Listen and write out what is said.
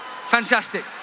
Fantastic